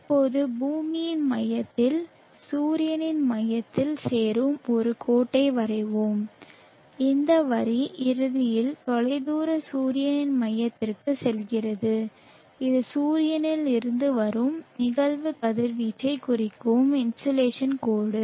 இப்போது பூமியின் மையத்தில் சூரியனின் மையத்தில் சேரும் ஒரு கோட்டை வரைவோம் இந்த வரி இறுதியில் தொலைதூர சூரியனின் மையத்திற்கு செல்கிறது இது சூரியனில் இருந்து வரும் நிகழ்வு கதிர்வீச்சைக் குறிக்கும் இன்சோலேஷன் கோடு